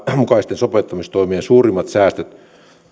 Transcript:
mukaisten sopeuttamistoimien suurimmat säästöt